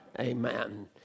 Amen